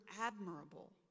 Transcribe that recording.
admirable